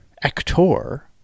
actor